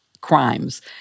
crimes